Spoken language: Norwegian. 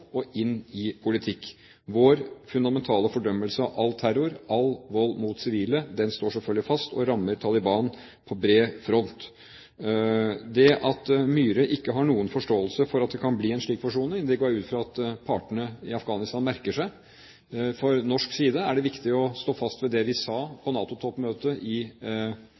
og inn i politikk. Vår fundamentale fordømmelse av all terror, av all vold mot sivile, står selvfølgelig fast og rammer Taliban på bred front. Det at Myhre ikke har noen forståelse for at det kan bli en slik forsoning, går jeg ut fra at partene i Afghanistan merker seg. Fra norsk side er det viktig å stå fast ved det vi sa på NATO-toppmøtet i